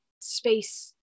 space